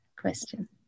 question